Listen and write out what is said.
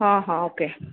હ હ ઓકે